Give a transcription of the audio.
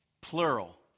Plural